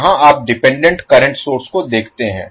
जहां आप dependent current source को देखते हैं